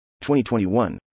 2021